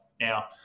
Now